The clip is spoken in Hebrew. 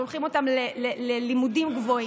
שולחים אותם ללימודים גבוהים,